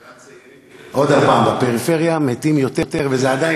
שוב: בפריפריה מתים יותר.